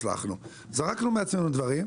זרקנו מעצמנו דברים,